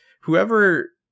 whoever